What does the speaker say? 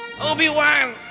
Obi-Wan